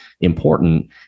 important